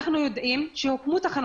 אלו דברים שאנחנו יודעים שפוגעים בביטחון